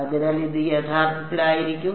അതിനാൽ ഇത് യഥാർത്ഥത്തിൽ ആയിരിക്കും